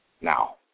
Now